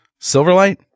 Silverlight